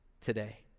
today